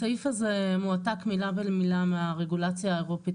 הסעיף הזה מועתק מילה במילה מהרגולציה האירופית,